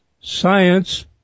science